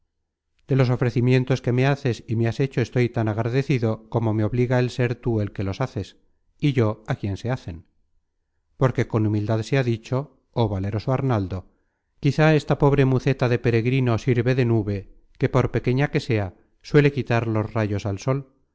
de los ofrecimientos que me haces y me has hecho estoy tan agradecido como me obliga el ser tú el que los haces y yo a quien se hacen porque con humildad sea dicho oh valeroso arnaldo quizá esta pobre muceta de peregrino sirve de nube que por pequeña que sea suele quitar los rayos al sol